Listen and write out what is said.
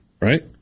right